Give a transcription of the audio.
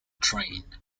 train